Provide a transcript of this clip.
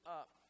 up